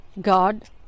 God